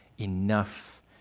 enough